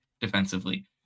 defensively